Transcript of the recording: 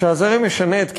שהזרם ישנה את כיוונו,